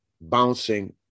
bouncing